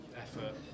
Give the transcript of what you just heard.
effort